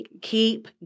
keep